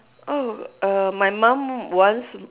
oh err my mum once